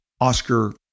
Oscar